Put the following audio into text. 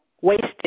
wasted